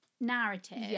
narrative